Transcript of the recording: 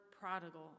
prodigal